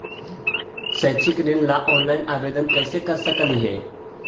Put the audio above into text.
शैक्षिक ऋण ला ऑनलाइन आवेदन कैसे कर सकली हे?